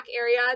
area